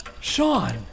Sean